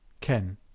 Ken